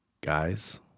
guys